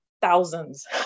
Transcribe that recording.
thousands